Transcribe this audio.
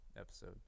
episode